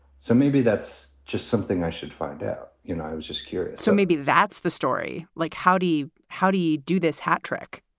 so maybe that's just something i should find out. you know, i was just curious so maybe that's the story. like, how do you how do you do this, hatrick?